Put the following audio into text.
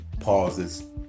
pauses